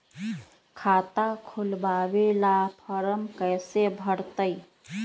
खाता खोलबाबे ला फरम कैसे भरतई?